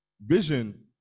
Vision